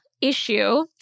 issue